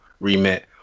Remit